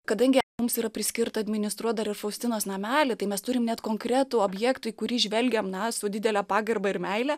kadangi mums yra priskirta administruot dar ir faustinos namelį tai mes turim net konkretų objektą į kurį žvelgiam na su didele pagarba ir meile